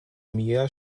mir